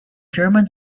german